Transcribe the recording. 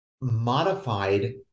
modified